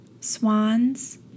swans